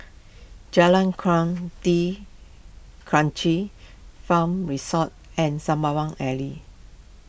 Jalan Kuang D'Kranji Farm Resort and Sembawang Alley